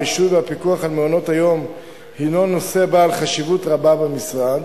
הרישוי והפיקוח על מעונות-היום הינו נושא בעל חשיבות רבה במשרד,